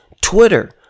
twitter